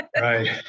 Right